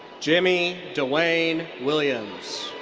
jimmy dewayne williams.